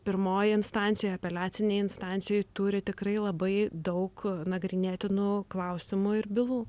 pirmoj instancijoj apeliacinėj instancijoj turi tikrai labai daug nagrinėtinų klausimų ir bylų